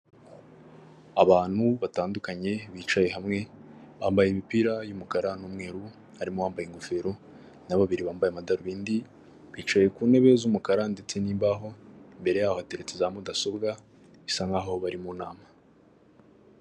Abantu batandukanye bicaye hamwe bambaye imipira y'umukara n'umweru harimo uwambaye ingofero na babiri bambaye amadarubindi, bicaye ku ntebe z'umukara ndetse n'imbaho, imbere yaho hateretse za mudasobwa bisa nkaho bari mu nama.